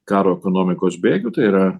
karo ekonomikos bėgių tai yra